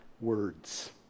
words